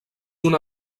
una